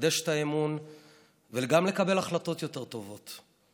לחדש את האמון וגם לקבל החלטות יותר טובות: